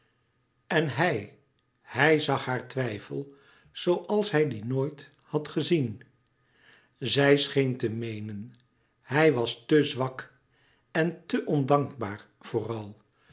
en hij hij zag haar twijfel zooals hij dien noit had gezien zij scheen te meenen hij was te zwak en te ondankbaar vooral